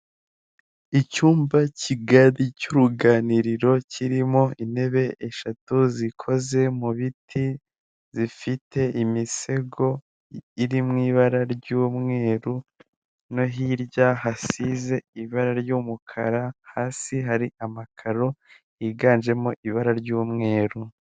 Icyumba kigari cy'uruganiriro kirimo intebe eshatu zikoze mu biti zifite imisego iri mu ibara ry'umweru, no hirya hasize ibara ry'umukara hasi hari amakaro yiganjemo ibara ry'umweru.